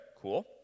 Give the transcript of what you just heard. cool